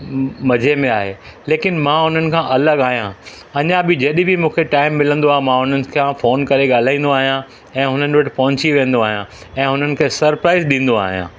मज़े में आहे लेकिन मां उन्हनि खां अलॻि आहियां अञा बि जॾहिं बि मूंखे टाइम मिलंदो आहे मां उन्हनि खां फोन करे ॻाल्हाईंदो आहियां ऐं हुननि वटि पहुची वेंदो आहियां ऐं हुननि खे सरप्राइस ॾींदो आहियां